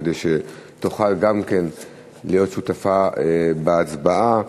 כדי שתוכל גם כן להיות שותפה בהצבעה.